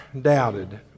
doubted